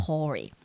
Tory